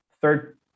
third